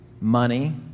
Money